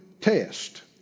test